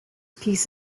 piece